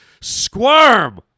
squirm